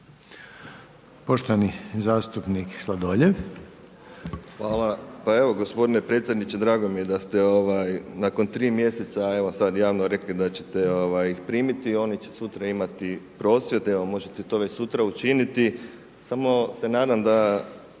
**Sladoljev, Marko (MOST)** Hvala. Pa evo gospodine predsjedniče drago mi je da ste nakon 3 mjeseca sad javno rekli da ćete ih primiti, oni će sutra imati prosvjed, evo možete to već sutra učiniti, samo se nadam da